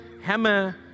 hammer